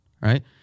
right